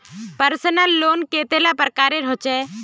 Personal loan कतेला प्रकारेर होचे?